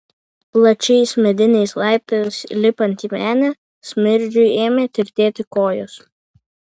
plačiais mediniais laiptais lipant į menę smirdžiui ėmė tirtėti kojos